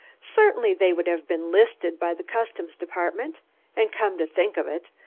certainly they would have been listed by the customs department and come to think of it,